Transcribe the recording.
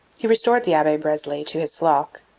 he restored the abbe breslay to his flock,